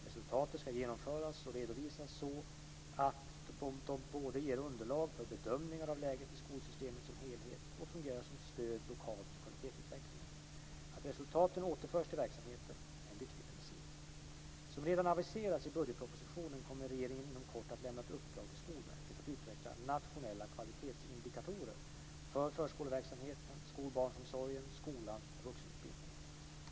Resultaten ska genomföras och redovisas så att de både ger underlag för bedömningar av läget i skolsystemet som helhet och fungerar som stöd lokalt för kvalitetsutvecklingen. Att resultaten återförs till verksamheterna är en viktig princip. Som redan aviserats i budgetpropositionen kommer regeringen inom kort att lämna ett uppdrag till Skolverket att utveckla nationella kvalitetsindikatorer för förskoleverksamheten, skolbarnsomsorgen, skolan och vuxenutbildningen.